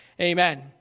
amen